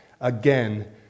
Again